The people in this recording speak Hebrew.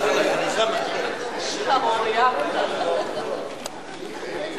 הלאומי (תיקון, הכנסה מביטוח אובדן כושר עבודה),